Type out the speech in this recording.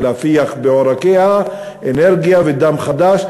ולהפיח בעורקיה אנרגיה ודם חדש.